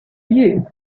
you